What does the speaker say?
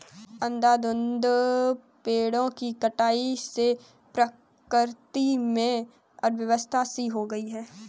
अंधाधुंध पेड़ों की कटाई से प्रकृति में अव्यवस्था सी हो गई है